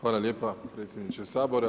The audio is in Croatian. Hvala lijepa predsjedniče Sabora.